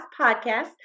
Podcast